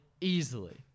Easily